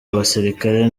abasirikare